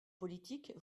politique